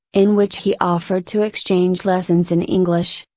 in which he offered to exchange lessons in english,